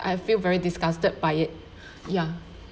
I feel very disgusted by it ya